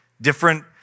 Different